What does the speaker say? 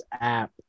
App